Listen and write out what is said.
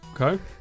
Okay